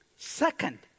Second